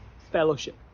fellowship